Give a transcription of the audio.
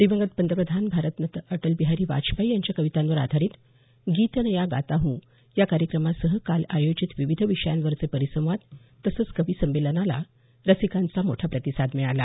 दिवंगत पंतप्रधान भारतरत्न अटल बिहारी वाजपेयी यांच्या कवितांवर आधारित गीत नया गाता हूँ हा कार्यक्रमासह काल आयोजित विविध विषयांवरचे परिसंवाद तसंच कविसंमेलनाला रसिकांचा मोठा प्रतिसाद मिळाला